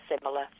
similar